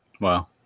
Wow